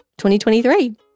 2023